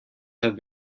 have